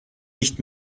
nicht